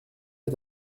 est